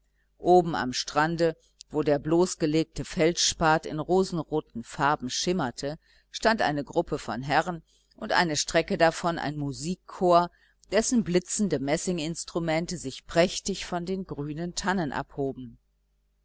oben am strande wo der bloßgelegte feldspat in rosenroten farben schimmerte stand eine gruppe von herren und eine strecke davon ein musikkorps dessen blitzende messinginstrumente sich prächtig von den grünen tannen abhoben